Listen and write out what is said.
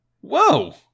Whoa